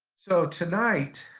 so, tonight,